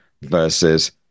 versus